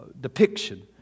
depiction